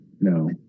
no